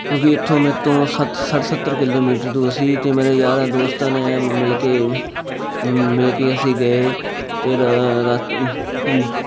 ਕਿਉਂਕਿ ਇੱਥੋਂ ਮੈਂ ਤੋਂ ਸਤ ਸੱਠ ਸੱਤਰ ਕਿਲੋਮੀਟਰ ਦੂਰ ਸੀ ਅਤੇ ਮੇਰੇ ਯਾਰਾਂ ਦੋਸਤਾਂ ਨੇ ਮਿਲ ਕੇ ਮਿਲ ਕੇ ਅਸੀਂ ਗਏ ਅਤੇ ਰ ਰਸਤੇ